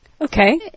Okay